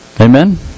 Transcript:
Amen